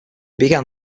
began